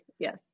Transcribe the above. Yes